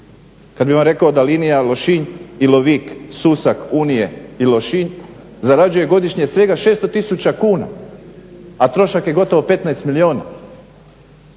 Kada bih vam rekao da linija Lošinj-Ilovik-Susak-Unije i Lošinj zarađuje godišnje svega 600 tisuća kuna, a trošak je gotovo 15 milijuna.